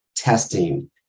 testing